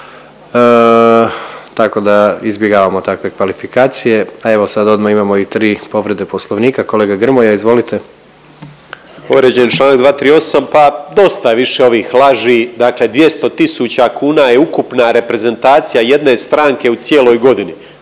tako da izbjegavamo takve kvalifikacije, a evo sad odmah imamo i tri povrede Poslovnika, kolega Grmoja izvolite. **Grmoja, Nikola (MOST)** Povrijeđen je čl. 238., pa dosta je više ovih laži, dakle 200 tisuća kuna je ukupna reprezentacija jedne stranke u cijeloj godini,